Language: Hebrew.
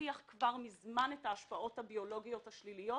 הוכיחו כבר מזמן את ההשפעות הביולוגיות השליליות